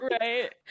Right